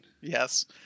Yes